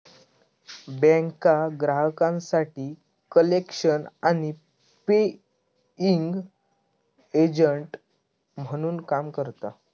बँका ग्राहकांसाठी कलेक्शन आणि पेइंग एजंट म्हणून काम करता